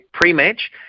pre-match